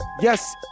Yes